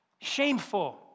shameful